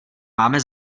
máme